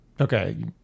Okay